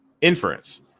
inference